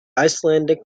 icelandic